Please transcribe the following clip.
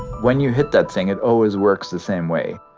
when you hit that thing, it always works the same way.